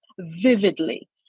vividly